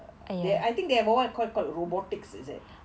they I think they have [one] what's what called called robotics is it